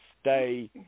stay